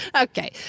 Okay